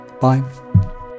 Bye